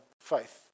faith